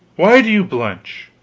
why do you blench?